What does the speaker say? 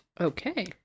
okay